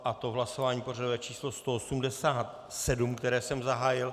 Je to hlasování pořadové číslo 187, které jsem zahájil.